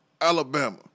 Alabama